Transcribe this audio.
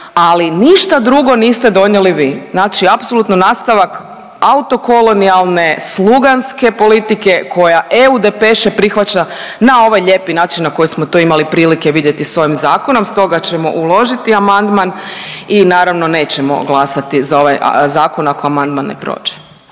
ali ništa drugo niste donijeli vi. Znači apsolutno nastavak autokolonijale sluganske politike koja EU depeše prihvaća na ovaj lijepi način na koji smo to imali prilike vidjeti s ovim zakonom stoga ćemo uložiti amandman i naravno nećemo glasati za ovaj zakon ako amandman ne prođe.